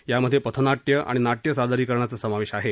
यामध्ये पथनाट्य आणि नाट्य सादरीकरणाचा समावेश आहे